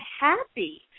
happy